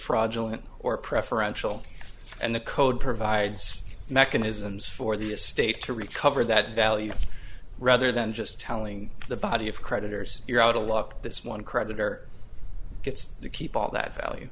fraudulent or preferential and the code provides mechanisms for the estate to recover that value rather than just telling the body of creditors you're out of luck this one creditor gets to keep all that val